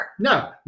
No